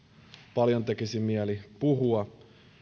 paljon tekisi mieli puhua